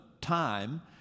time